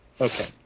Okay